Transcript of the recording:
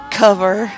cover